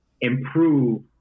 improve